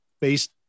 based